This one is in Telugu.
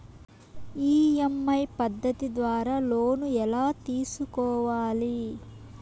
ఇ.ఎమ్.ఐ పద్ధతి ద్వారా లోను ఎలా తీసుకోవాలి